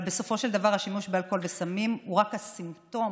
אבל בסופו של דבר השימוש באלכוהול וסמים הוא רק הסימפטום